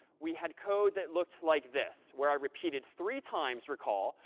we had code that looked like this, where i repeated three times, recall,